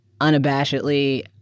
unabashedly